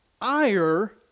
ire